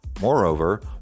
Moreover